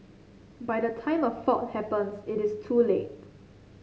by the time a fault happens it is too late